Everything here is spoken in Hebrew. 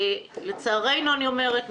לצערנו אני אומרת,